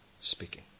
speaking